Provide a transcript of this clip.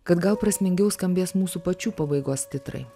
kad gal prasmingiau skambės mūsų pačių pabaigos titrai